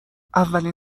اولین